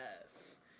Yes